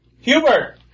Hubert